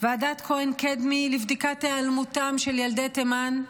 ועדת כהן-קדמי לבדיקת היעלמותם של ילדי תימן,